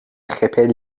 خپل